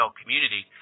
community